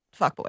fuckboy